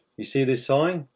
you see this sign?